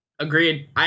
Agreed